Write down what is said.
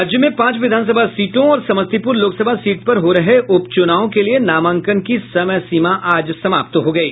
राज्य में पांच विधानसभा सीटों और समस्तीपुर लोकसभा सीट पर हो रहे उपचुनाव के लिये नामांकन की समय सीमा आज समाप्त हो गयी